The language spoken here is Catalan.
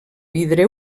vidre